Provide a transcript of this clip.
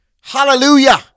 Hallelujah